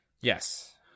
yes